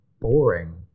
boring